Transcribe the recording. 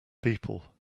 people